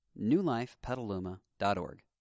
newlifepetaluma.org